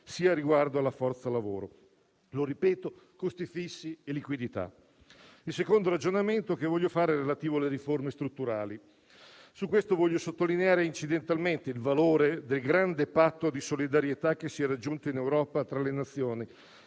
sia riguardo alla forza lavoro. Lo ripeto: costi fissi e liquidità. Il secondo ragionamento che voglio fare è relativo alle riforme strutturali. Su questo voglio sottolineare incidentalmente il valore del grande patto di solidarietà che si è raggiunto in Europa tra le Nazioni,